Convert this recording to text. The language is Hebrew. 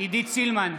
עידית סילמן,